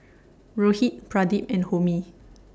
Rohit Pradip and Homi